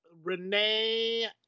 Renee